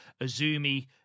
Azumi